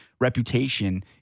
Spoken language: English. reputation